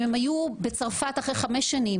אם הם היו בצרפת אחרי חמש שנים,